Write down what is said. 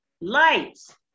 lights